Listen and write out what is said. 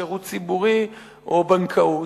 שירות ציבורי או בנקאות.